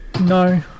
No